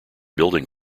building